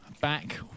back